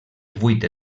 vuit